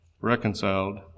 reconciled